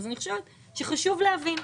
אני חושבת שחשוב להבין.